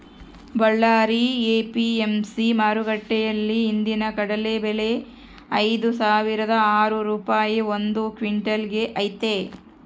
Ballari APMC ಮಾರುಕಟ್ಟೆಯಲ್ಲಿ ಇಂದಿನ ಕಡಲೆ ಬೆಲೆ ಐದುಸಾವಿರದ ಆರು ರೂಪಾಯಿ ಒಂದು ಕ್ವಿನ್ಟಲ್ ಗೆ ಐತೆ